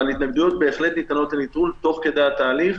אבל התנגדויות בהחלט ניתנות לנטרול תוך כדי התהליך,